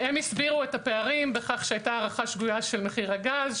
הם הסבירו את הפערים בכך שהיתה הערכה שגויה של מחיר הגז,